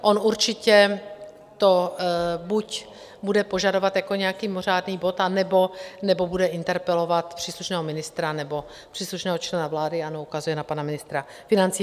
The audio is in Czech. On určitě to buď bude požadovat jako nějaký mimořádný bod anebo bude interpelovat příslušného ministra nebo příslušného člena vlády, ano, ukazuje na pana ministra financí.